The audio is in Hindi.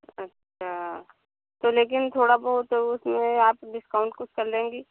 अच्छा तो लेकिन थोड़ा बहुत उसमें आप डिस्काउंट कुछ कर लेंगी